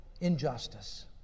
injustice